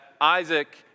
Isaac